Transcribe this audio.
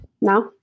now